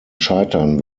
scheitern